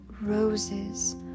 roses